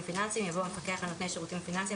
פיננסיים" יבוא "המפקח על נותני שירותים פיננסיים,